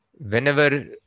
whenever